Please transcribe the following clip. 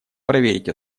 проверить